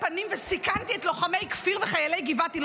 פנים וסיכנתי את לוחמי כפיר וחיילי גבעתי,